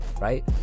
right